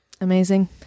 Amazing